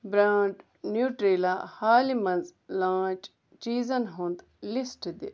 brand new trailer حالہِ مَنٛز launch چیٖزن ہُنٛد لسٹ دِ